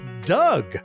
doug